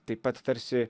taip pat tarsi